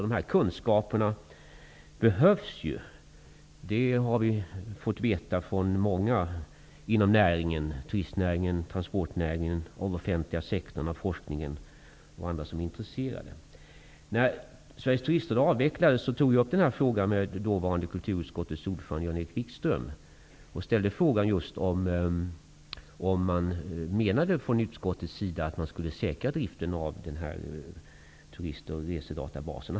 Dessa kunskaper behövs. Det har vi fått veta från många inom turistnäringen, transportnäringen, den offentliga sektorn, forskningen och andra som är intresserade. När Sveriges turistråd avvecklades tog jag upp denna fråga med kulturutskottets dåvarande ordförande Jan-Erik Wikström. Jag ställde frågan om utskottet menade att man skulle säkra driften av denna turism och resedatabas.